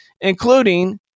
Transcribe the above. including